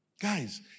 Guys